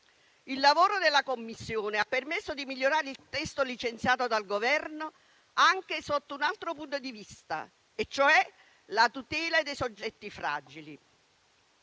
Il lavoro della Commissione ha permesso di migliorare il testo licenziato dal Governo anche sotto un altro punto di vista, cioè la tutela dei soggetti fragili.